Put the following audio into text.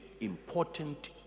important